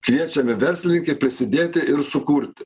kviečiami verslininkai prisidėti ir sukurti